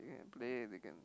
they can play they can